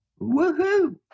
Woohoo